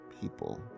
people